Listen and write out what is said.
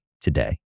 today